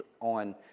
on